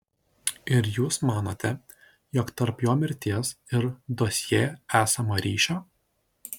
ir jūs manote jog tarp jo mirties ir dosjė esama ryšio